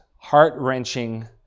heart-wrenching